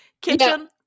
Kitchen